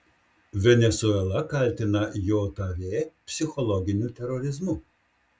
venesuela kaltina jav psichologiniu terorizmu